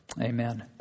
Amen